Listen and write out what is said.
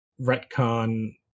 retcon